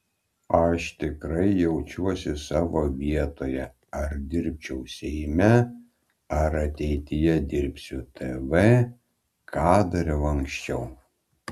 aš tikrai jaučiuosi savo vietoje ar dirbčiau seime ar ateityje dirbsiu tv ką dariau anksčiau